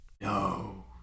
No